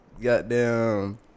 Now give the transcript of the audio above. goddamn